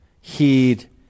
heed